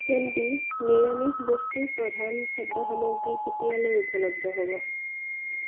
candy নিৰামিষ বস্তু প্ৰধান খাদ্য সামগ্ৰী কেতিয়ালৈ উপলব্ধ হ'ব